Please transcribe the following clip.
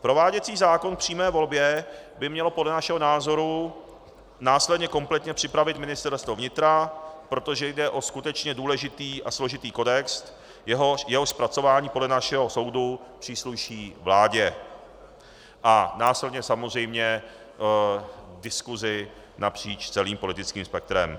Prováděcí zákon k přímé volbě by mělo podle našeho názoru následně kompletně připravit Ministerstvo vnitra, protože jde o skutečně důležitý a složitý kodex, jehož zpracování podle našeho soudu přísluší vládě a následně samozřejmě diskusi napříč celým politickým spektrem.